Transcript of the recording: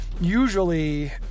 usually